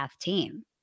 team